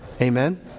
Amen